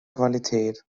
qualität